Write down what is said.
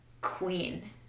queen